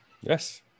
Yes